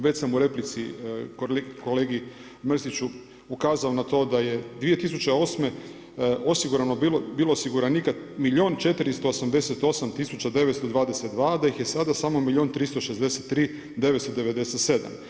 Već sam u replici kolegi Mrsiću ukazao na to da je 2008. osigurano bilo, bilo osiguranika milijun i 488 tisuća 922, a da ih je sada samo milijun i 363 977.